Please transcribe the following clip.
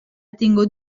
tingut